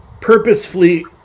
purposefully